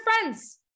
friends